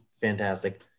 fantastic